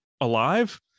alive